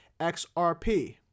XRP